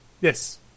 Yes